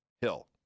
Hill